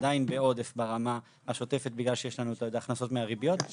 בעוד עשור אתה לא עומד בהתחייבויות שלך לציבור.